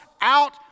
out